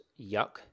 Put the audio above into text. Yuck